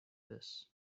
this